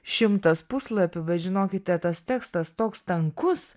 šimtas puslapių bet žinokite tas tekstas toks tankus